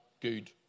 good